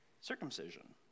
circumcision